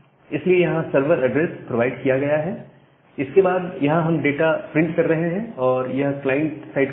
इसलिए यहां server address provide किया गया है इसके बाद यहां हम डाटा प्रिंट कर रहे हैं और यह क्लाइंट साइड कोड है